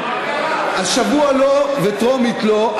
אז שבוע לא וטרומית לא,